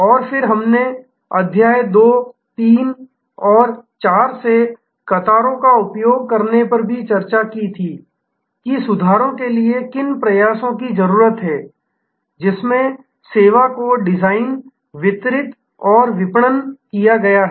और फिर हमने अध्याय 2 3 और 4 से कतारों का उपयोग करने पर भी चर्चा की थी कि सुधार के लिए किन प्रयासों की जरूरत है जिसमें सेवा को डिजाइन वितरित और विपणन किया गया है